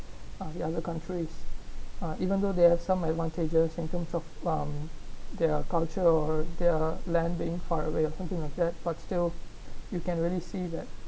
the other countries are even though they have some advantages in terms of um their culture or their land being far away or something like that but still you can really see that